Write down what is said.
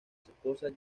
esposa